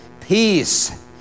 peace